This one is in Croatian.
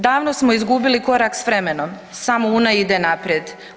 Davno smo izgubili korak s vremenom, samo Una ide naprijed.